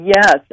Yes